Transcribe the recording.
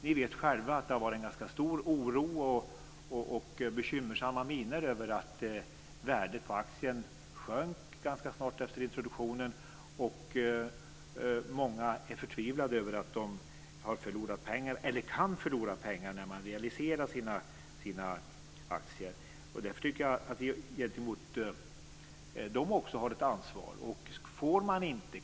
Vi vet själva att det har varit en ganska stor oro och bekymmersamma miner över att värdet på aktien sjönk ganska snart efter introduktionen. Många är förtvivlade över att de kan förlora pengar när de realiserar sina aktier. Därför tycker jag att vi även gentemot dem har ett ansvar.